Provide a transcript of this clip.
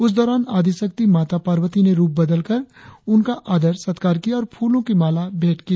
उस दौरान आदिशक्ति माता पार्वती ने रुप बदलकर उनका आदर सत्कार किया और फूलों की माला भेंट की